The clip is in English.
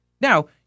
Now